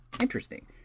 Interesting